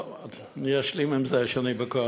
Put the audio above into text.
טוב, אני אשלים עם זה שאני בקואליציה.